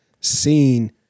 seen